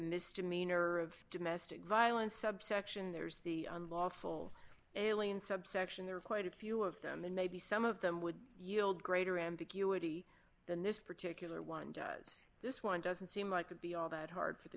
misdemeanor of domestic violence subsection there's the unlawful alien subsection there are quite a few of them and maybe some of them would yield greater ambiguity than this particular one does this one doesn't seem like to be all that hard for the